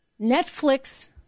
Netflix